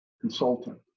consultant